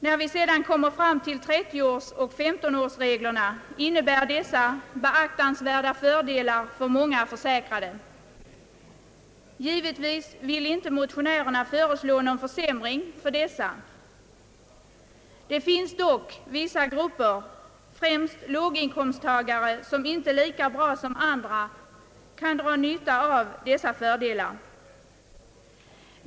Vad sedan beträffar 30 och 15-års reglerna innebär dessa beaktansvärda fördelar för många försäkrade. Motionärerna vill givetvis inte föreslå någon försämring för dessa, men det finns vissa grupper, främst låginkomsttagare, som inte lika bra som andra kan dra nytta av dessa fördelar.